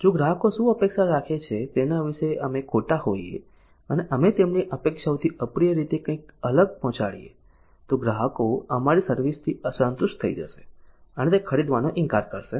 જો ગ્રાહકો શું અપેક્ષા રાખે છે તેના વિશે અમે ખોટા હોઈએ અને અમે તેમની અપેક્ષાઓથી અપ્રિય રીતે કંઈક અલગ પહોંચાડીએ તો ગ્રાહકો અમારી સર્વિસ થી અસંતુષ્ટ થઈ જશે અને તે ખરીદવાનો ઇનકાર કરશે